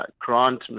grant